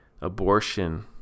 abortion